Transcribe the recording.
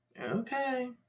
Okay